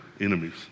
enemies